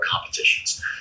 competitions